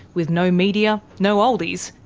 with no media, no oldies,